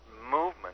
movement